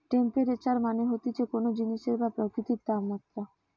temperature মানে হতিছে কোন জিনিসের বা প্রকৃতির তাপমাত্রা